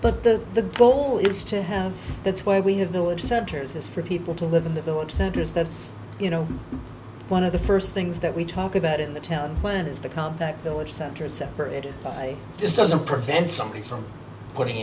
but the the goal is to have that's why we have no except hers is for people to live in the village centers that's you know one of the first things that we talk about in the town where is the contact village center is separated by this doesn't prevent somebody from putting